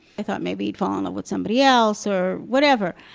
i thought maybe he'd fall in love with somebody else, or whatever.